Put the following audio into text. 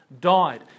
died